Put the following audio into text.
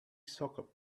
soccer